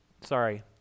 Sorry